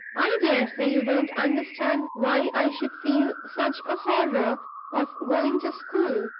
i dare say you don't understand why i should feel such a horror of going to school,